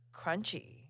crunchy